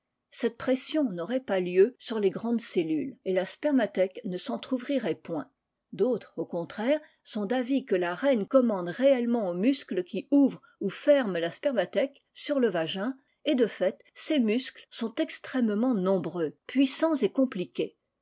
cette pression n'aurait pas lieu sur les grandes cellules et la spermathèque ne s'entr'ouvrirait point d'autres au contraire sont d'avis que la reine commande réellement aux muscles qui ouvrent ou ferment la spermathèque but le vagin et de fait ces muscles sont extrêmement nombreux puissants et compliqués